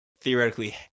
theoretically